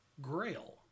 Grail